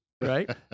Right